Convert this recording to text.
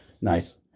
nice